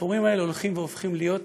הסיפורים האלה הולכים והופכים להיות